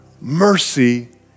mercy